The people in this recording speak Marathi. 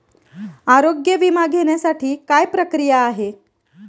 आरोग्य विमा घेण्यासाठी काय प्रक्रिया आहे?